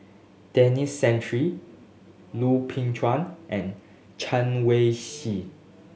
Denis Santry Lui Ping Chuen and Chen Wen Hsi